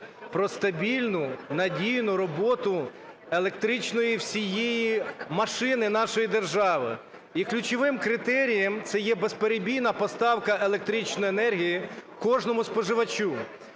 про стабільну, надійну роботу електричної всієї машини нашої держави. І ключовим критерієм - це є безперебійна поставка електричної енергії кожному споживачу.